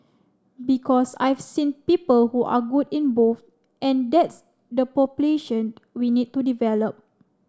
because I've seen people who are good in both and that's the population we need to develop